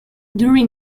during